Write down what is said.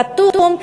חתום,